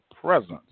presence